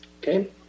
Okay